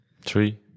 three